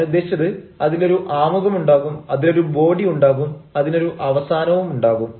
ഞാൻ ഉദ്ദേശിച്ചത് അതിൽ ഒരു ആമുഖം ഉണ്ടാകും അതിലൊരു ബോഡി ഉണ്ടാകും അതിനൊരു അവസാനവും ഉണ്ടാകും